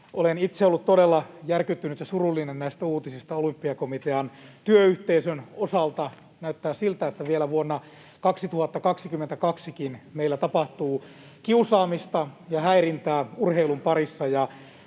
Olen itse ollut todella järkyttynyt ja surullinen näistä uutisista Olympiakomitean työyhteisön osalta. Näyttää siltä, että vielä vuonna 2022:kin meillä tapahtuu urheilun parissa